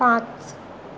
पांच